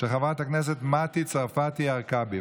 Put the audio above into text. של חברת הכנסת מטי צרפתי הרכבי,